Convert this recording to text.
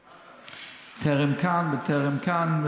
טרם כאן וטרם כאן.